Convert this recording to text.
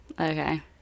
Okay